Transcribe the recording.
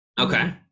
Okay